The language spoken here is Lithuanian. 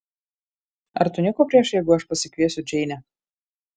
ar tu nieko prieš jeigu aš pasikviesiu džeinę